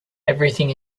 everything